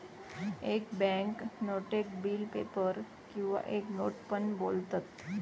एक बॅन्क नोटेक bill paper किंवा एक नोट पण बोलतत